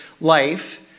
life